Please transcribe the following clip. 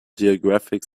geographic